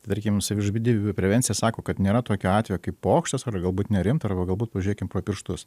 tarkim savižudybių prevencija sako kad nėra tokio atvejo kaip pokštas ar galbūt nerimta arba galbūt pažiūrėkim pro pirštus